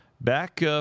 back